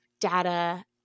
data